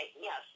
Yes